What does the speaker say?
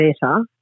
better